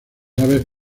aves